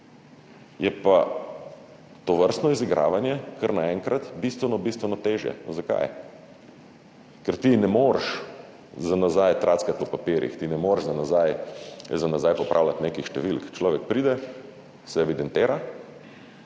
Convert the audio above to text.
je pa tovrstno izigravanje kar naenkrat bistveno, bistveno težje. Zakaj? Ker ti ne moreš za nazaj trackati po papirjih, ti ne moreš za nazaj popravljati nekih številk. Človek pride, se evidentira,